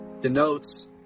denotes